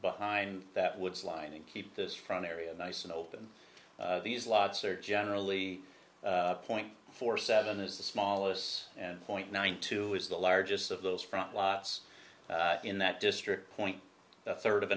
behind that woods line and keep this front area nice and open these lots are generally point four seven is the smallest point nine two is the largest of those front lots in that district point the third of